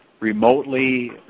remotely